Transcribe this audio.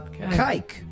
Kike